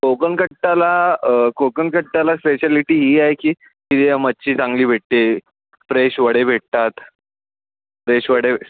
कोकण कट्टाला कोकण कट्ट्याला स्पेशॅलिटी ही आहे की इथे मच्छी चांगली भेटते फ्रेश वडे भेटतात फ्रेश वडे